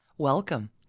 Welcome